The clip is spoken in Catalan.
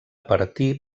partir